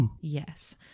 Yes